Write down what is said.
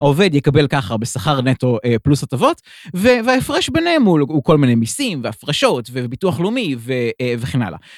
העובד יקבל ככה בשכר נטו פלוס הטבות, וההפרש ביניהם הוא כל מיני מיסים והפרשות וביטוח לאומי וכן הלאה.